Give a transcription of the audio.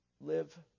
live